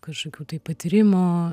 kažkokių tai patyrimų